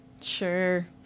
Sure